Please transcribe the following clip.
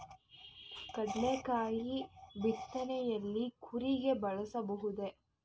ಕಡ್ಲೆಕಾಯಿ ಬಿತ್ತನೆಯಲ್ಲಿ ಕೂರಿಗೆ ಬಳಸಬಹುದೇ?